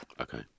Okay